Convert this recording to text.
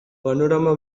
panorama